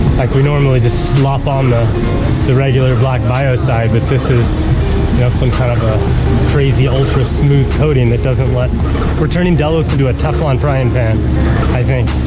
like, we normally just slop um on the regular black biocide, but this is yeah some kind of a crazy ultra smooth coating that doesn't let we're turning delos into a teflon frying pan i think.